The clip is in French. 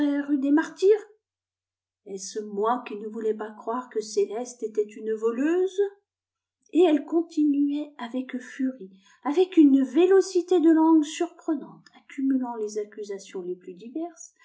rue des martyrs est-ce moi cui ne voulais pas croire que céleste était une voleuse et elle continuait avec furie avec une vélocité de langue surprenante accumulant les accusations les plus diverses